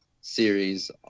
series